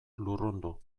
lurrundu